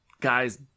guys